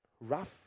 rough